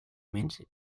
mint